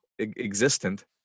existent